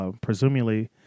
presumably